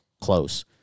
close